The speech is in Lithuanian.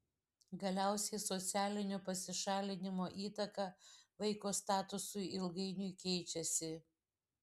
galiausiai socialinio pasišalinimo įtaka vaiko statusui ilgainiui keičiasi